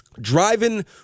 driving